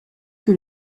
que